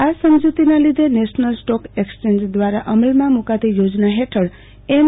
આ સમજુતીના લીધે નેશનલ સ્ટોક એક્સચેંજ દ્રારા અમલમાં મુકાતી યોજના ફેઠળ એમ